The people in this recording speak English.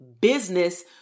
business